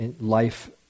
life